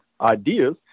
ideas